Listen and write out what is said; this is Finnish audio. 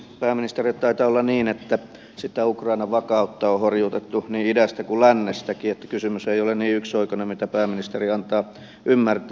pääministeri taitaa olla niin että sitä ukrainan vakautta on horjutettu niin idästä kuin lännestäkin että kysymys ei ole niin yksioikoinen kuin mitä pääministeri antaa ymmärtää